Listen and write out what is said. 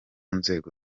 nzego